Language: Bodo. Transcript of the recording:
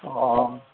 अ